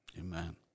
Amen